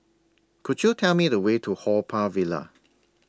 Could YOU Tell Me The Way to Haw Par Villa